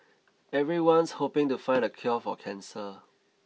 everyone's hoping to find the cure for cancer